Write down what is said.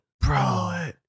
Bro